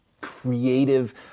creative